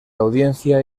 audiencia